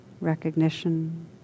recognition